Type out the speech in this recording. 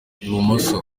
ibumoso